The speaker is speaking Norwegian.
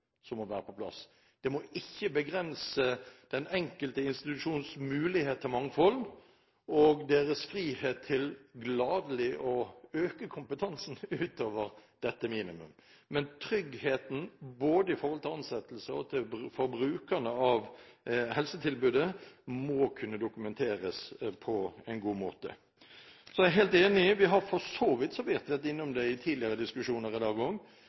Det må ikke begrense den enkelte institusjons mulighet til mangfold og dens frihet til gladelig å øke kompetansen utover dette minimum. Men tryggheten både i forhold til ansettelser og for brukerne av helsetilbudet må kunne dokumenteres på en god måte. Så er jeg helt enig i – vi har for så vidt også så vidt vært innom det i tidligere diskusjoner i dag